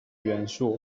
元素